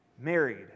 married